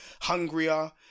hungrier